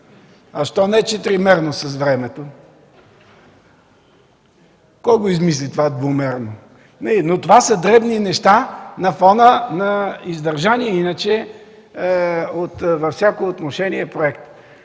А защо не четиримерно с времето? Кой го измисли това „двумерно”? Това са дребни неща на фона на издържания иначе във всяко отношение проект.